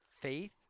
faith